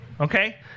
okay